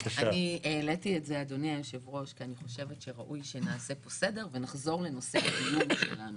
העליתי את זה כי אני חושבת שראוי שנעשה פה סדר ונחזור לנושא הדיון שלנו.